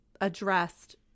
addressed